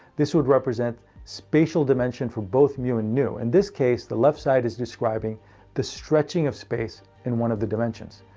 this would represent spatial dimensions for both mu and nu. in and this case, the left side is describing the stretching of space in one of the dimensions.